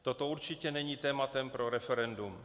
Toto určitě není tématem pro referendum.